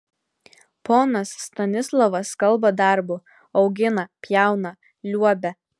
ponas stanislovas kalba darbu augina pjauna liuobia